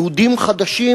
יהודים חדשים,